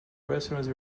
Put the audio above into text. restaurant